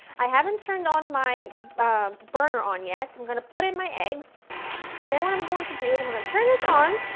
i haven't turned on my burner yet. i'm going to put in my eggs and then what i'm going to do is i'm going to turn this on,